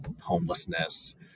homelessness